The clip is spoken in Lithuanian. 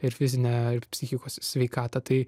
ir fizinę ar psichikos sveikatai